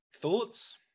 Thoughts